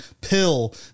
pill